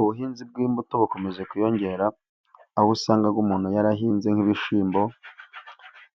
Ubuhinzi bw'imbuto bukomeje kwiyongera aho usanga umuntu yarahinze nk'ibishimbo,